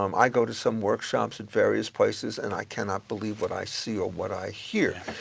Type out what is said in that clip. um i go to some workshops in various places, and i cannot believe what i see or what i hear,